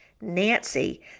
nancy